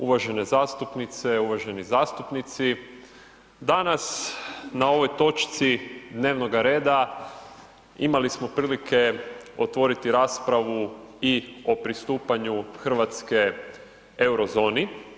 Uvažene zastupnice, uvaženi zastupnici danas na ovoj točci dnevnoga reda imali smo prilike otvoriti raspravu i o pristupanju Hrvatske euro zoni.